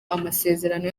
amasezerano